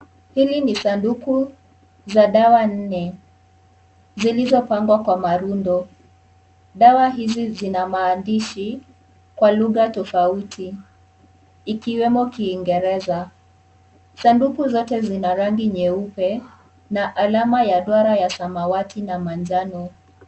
Hili ni sanduku za dawa nne zilizopangwa kwa marundo, dawa hizi zina maandishi kwa lugha tofauti ikiwemo kingereza, sanduku zote zina rangi nyeupe na alama ya duara ya samawati na manjano.